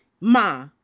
ma